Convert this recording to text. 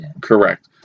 Correct